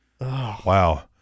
Wow